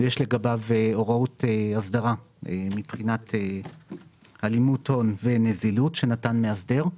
יש לגביו הוראות הסדרה מבחינת הלימות הון ונזילות שנתן מאסדר.